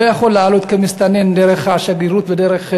הוא לא יכול לעלות כמסתנן דרך השגרירות והדרך